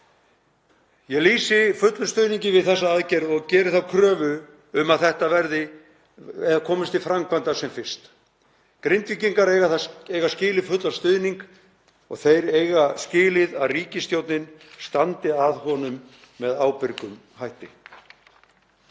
Ég lýsi fullum stuðningi við þessa aðgerð og geri þá kröfu að þetta komist til framkvæmda sem fyrst. Grindvíkingar eiga skilið fullan stuðning og þeir eiga skilið að ríkisstjórnin standi að honum með ábyrgum hætti.